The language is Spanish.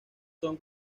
son